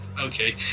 okay